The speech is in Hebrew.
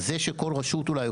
אז זה שכל רשות אולי,